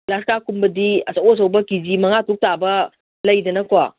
ꯒ꯭ꯂꯥꯁꯀꯥꯞꯀꯨꯝꯕꯗꯤ ꯑꯆꯧ ꯑꯆꯧꯕ K G ꯃꯉꯥ ꯇꯔꯨꯛ ꯇꯥꯕ ꯂꯩꯗꯅꯀꯣ